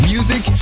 Music